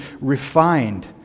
refined